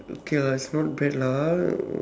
okay lah it's not bad lah ah o~